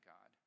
God